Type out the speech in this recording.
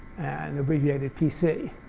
and abbreviated pc.